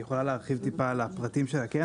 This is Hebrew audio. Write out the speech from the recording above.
נועה מהחשב הכללי יכולה להרחיב טיפה על הפרטים של הקרן,